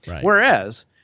Whereas